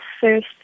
first